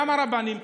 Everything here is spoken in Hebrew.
גם הרבנים,